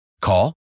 Call